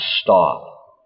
stop